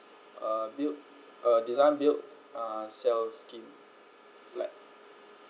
uh built uh design built uh sell scheme flat